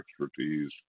expertise